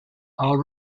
are